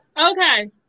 Okay